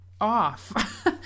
off